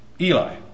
Eli